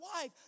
wife